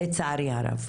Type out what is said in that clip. לצערי הרב,